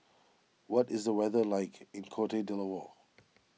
what is the weather like in Cote D'Ivoire